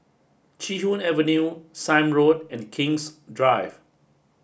Chee Hoon Avenue Sime Road and King's Drive